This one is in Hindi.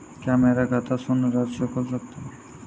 क्या मेरा खाता शून्य राशि से खुल सकता है?